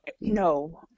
no